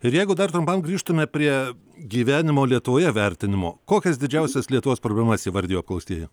ir jeigu dar trumpam grįžtume prie gyvenimo lietuvoje vertinimo kokias didžiausias lietuvos problemas įvardijo apklaustieji